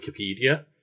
Wikipedia